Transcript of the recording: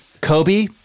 Kobe